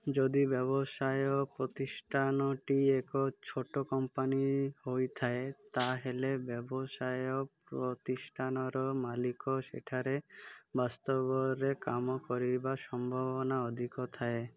ଯଦି ବ୍ୟବସାୟ ପ୍ରତିଷ୍ଠାନଟି ଏକ ଛୋଟ କମ୍ପାନୀ ହୋଇଥାଏ ତାହେଲେ ବ୍ୟବସାୟ ପ୍ରତିଷ୍ଠାନର ମାଲିକ ସେଠାରେ ବାସ୍ତବରେ କାମ କରିବାର ସମ୍ଭାବନା ଅଧିକ ଥାଏ